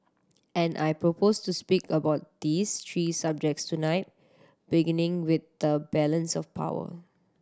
and I propose to speak about these three subjects tonight beginning with the balance of power